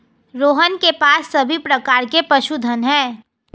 रोहन के पास सभी प्रकार के पशुधन है